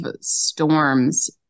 storms